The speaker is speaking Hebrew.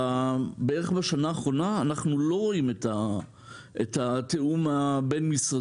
בערך בשנה האחרונה אנחנו לא רואים את התיאום הבין-משרדי,